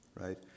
right